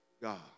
God